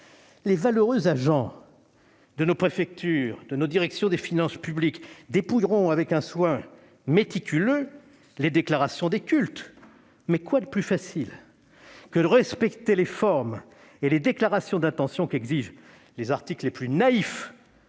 Les valeureux agents de nos préfectures et de nos directions des finances publiques dépouilleront avec un soin méticuleux les déclarations des cultes. Mais quoi de plus facile que de respecter les formes et les déclarations d'intention qu'exigent les articles les plus naïfs